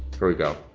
here we go.